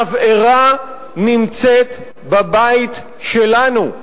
התבערה נמצאת בבית שלנו,